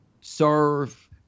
serve